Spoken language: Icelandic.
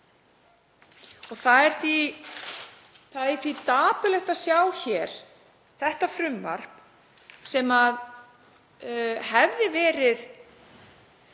Það er því dapurlegt að sjá hér þetta frumvarp sem hefði verið